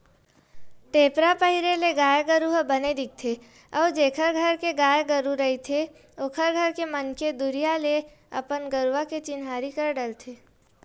टेपरा पहिरे ले गाय गरु ह बने दिखथे अउ जेखर घर के गाय गरु रहिथे ओखर घर के मनखे दुरिहा ले अपन गरुवा के चिन्हारी कर डरथे